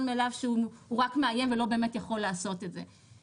מאליו שהוא רק מאיים ולא באמת יכול לעשות את זה.